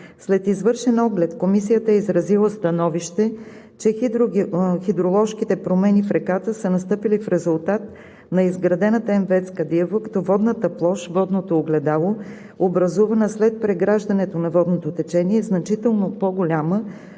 След извършен оглед Комисията е изразила становище, че хидроложките промени в реката са настъпили в резултат на изградената мини ВЕЦ „Кадиево“, като водната площ, водното огледало, образувана след преграждането на водното течение, е значително по-голяма